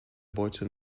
beute